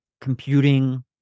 computing